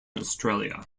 australia